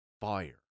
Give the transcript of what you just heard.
fire